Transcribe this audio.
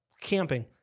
camping